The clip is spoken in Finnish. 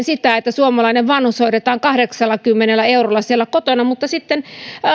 sitä että suomalainen vanhus hoidetaan kahdeksallakymmenellä eurolla siellä kotona mutta sitten